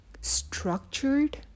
structured